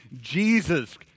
Jesus